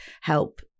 help